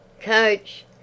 coach